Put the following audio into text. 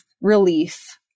relief